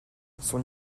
son